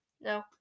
no